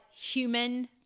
human